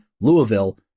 Louisville